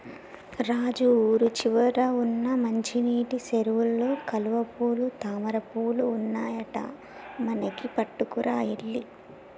రాజు ఊరి చివర వున్న మంచినీటి సెరువులో కలువపూలు తామరపువులు ఉన్నాయట మనకి పట్టుకురా ఎల్లి